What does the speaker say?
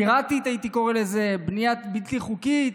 פיראטית, הייתי קורא לזה, בנייה בלתי חוקית.